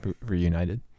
reunited